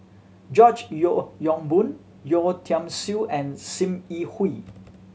George Yeo Yong Boon Yeo Tiam Siew and Sim Yi Hui